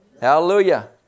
Hallelujah